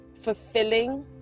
fulfilling